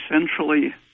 essentially